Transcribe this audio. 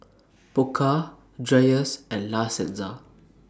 Pokka Dreyers and La Senza